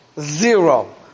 zero